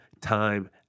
time